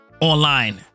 online